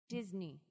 Disney